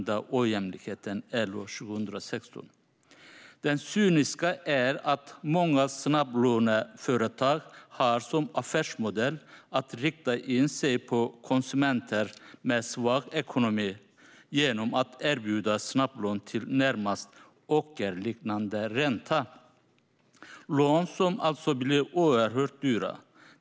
Det cyniska är att många snabblåneföretag har som affärsmodell att rikta in sig på konsumenter med svag ekonomi genom att erbjuda snabblån till närmast ockerliknande ränta. Det handlar om lån som alltså blir oerhört dyra.